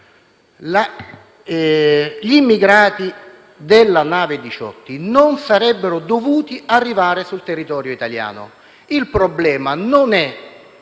Gli immigrati della nave Diciotti non sarebbero dovuti arrivare sul territorio italiano. Il problema non è